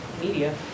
media